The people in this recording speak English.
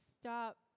stop